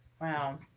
wow